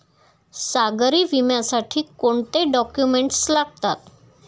सागरी विम्यासाठी कोणते डॉक्युमेंट्स लागतात?